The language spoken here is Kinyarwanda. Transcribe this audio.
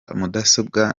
mudasobwa